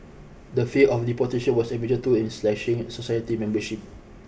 the fear of deportation was a major tool in slashing society membership